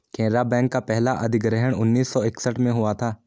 Canara bank का पहला अधिग्रहण उन्नीस सौ इकसठ में हुआ था